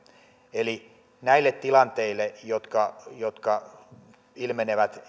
eli näihin tilanteisiin jotka jotka ilmenevät